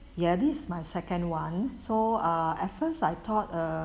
ya this is my second [one] so ah at first I thought uh